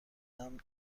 امن